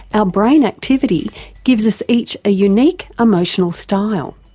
ah brain activity gives us each a unique emotional style.